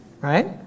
Right